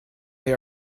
they